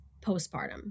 postpartum